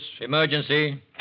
emergency